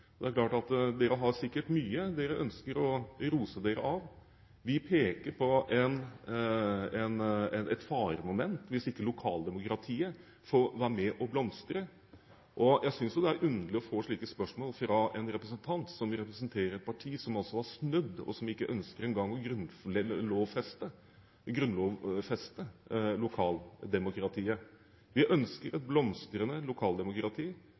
Det er klart at dere sikkert har mye dere ønsker ros for. Vi peker på et faremoment hvis ikke lokaldemokratiet får være med og blomstre. Jeg synes jo det er underlig å få slike spørsmål fra en representant som representerer et parti som altså har snudd, og som ikke engang ønsker å grunnlovfeste lokaldemokratiet. Vi ønsker et blomstrende lokaldemokrati,